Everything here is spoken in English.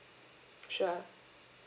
sure